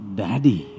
daddy